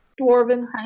Dwarven